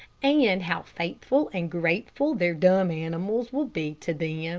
and how faithful and grateful their dumb animals will be to them.